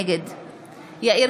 נגד יאיר